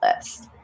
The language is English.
list